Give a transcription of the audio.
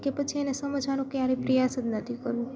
કે પછી એને સમજવાનો ક્યારે પ્રયાસ જ નથી કરવો